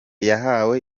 yahawe